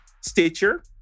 Stitcher